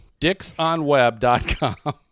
Dicksonweb.com